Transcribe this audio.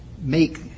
make